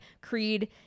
Creed